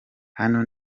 hano